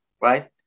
Right